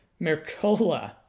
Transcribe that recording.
Mercola